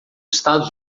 estados